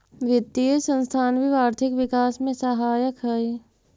वित्तीय संस्थान भी आर्थिक विकास में सहायक हई